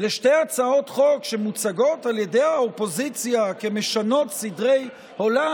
לשתי הצעות חוק שמוצגות על ידי האופוזיציה כמשנות סדרי עולם,